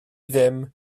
ddim